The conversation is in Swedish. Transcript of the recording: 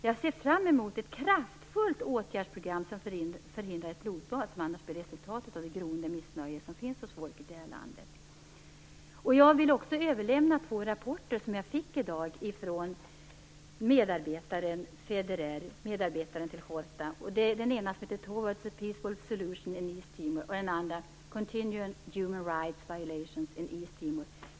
Jag ser fram emot ett kraftfullt åtgärdsprogram som förhindrar det blodbad som annars blir resultatet av det groende missnöje som finns hos folket i detta land. Jag vill också överlämna två rapporter som jag fick i dag från Federer, medarbetaren till Horta. Den ena heter Towards a Peaceful Solution in East Timor och den andra heter Continual Human Rights Violations in East Timor.